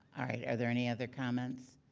are there any other comments?